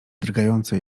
drgające